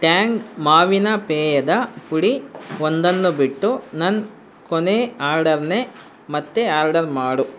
Tang ಮಾವಿನ ಪೇಯದ ಪುಡಿ ಒಂದನ್ನು ಬಿಟ್ಟು ನನ್ನ ಕೊನೇ ಆರ್ಡರನ್ನೇ ಮತ್ತೆ ಆರ್ಡರ್ ಮಾಡು